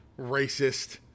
Racist